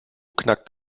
knackt